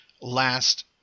last